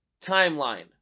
timeline